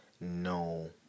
no